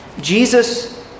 Jesus